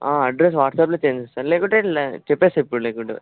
address వాట్సాప్లో send చేస్తాను లేకుంటే చెప్తాను ఇప్పుడు లేకుంటే